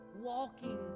walking